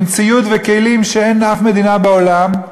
עם ציוד וכלים שאין לאף מדינה בעולם,